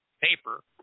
paper